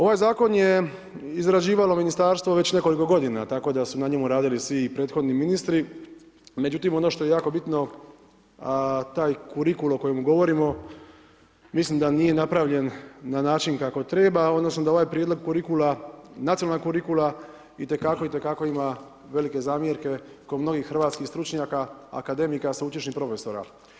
Ovaj zakon je izrađivalo Ministarstvo već nekoliko godina, tako da su na njemu radili svi prethodni ministri, međutim, ono što je jako bitno, taj kurikul o kojem govorimo, mislim da nije napravljen na način kako treba, odnosno da ovaj prijedlog nacionalnog kurikula itekako ima velike zamjerke kod mnogih hrvatskih stručnjaka, akademika, sveučilišnih profesora.